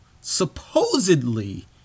supposedly